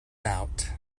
out